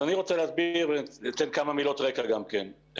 אז אני רוצה להסביר ולתת כמה מילות רקע גם כן.